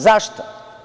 Zašto?